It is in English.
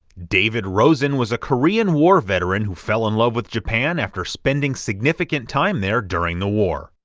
david rosen was a korean war veteran who fell in love with japan after spending significant time there during the war.